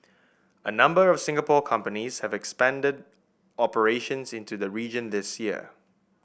a number of Singapore companies have expanded operations into the region this year